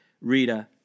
Rita